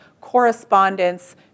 correspondence